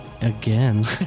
again